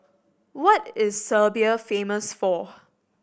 what is Serbia famous for